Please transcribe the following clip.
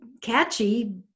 catchy